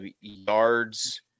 yards